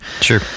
Sure